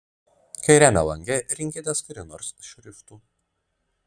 kairiame lange rinkitės kurį nors šriftų